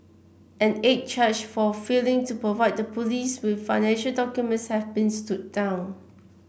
an eighth charge for failing to provide the police with financial documents has been stood down